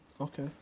Okay